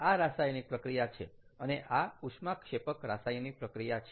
આ રાસાયણિક પ્રક્રિયા છે અને આ ઉષ્માક્ષેપક રાસાયણિક પ્રક્રિયા છે